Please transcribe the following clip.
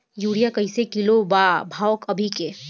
Urea कइसे kilo बा भाव अभी के?